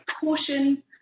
portion